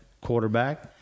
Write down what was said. quarterback